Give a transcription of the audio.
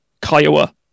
Kiowa